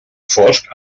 fosc